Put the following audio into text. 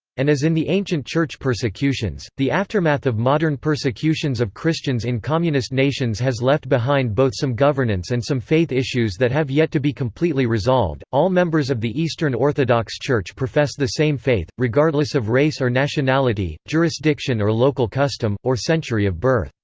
and as in the ancient church persecutions, the aftermath of modern persecutions of christians in communist nations has left behind both some governance and some faith issues that have yet to be completely resolved all members of the eastern orthodox church profess the same faith, regardless of race or nationality, jurisdiction or local custom, or century of birth.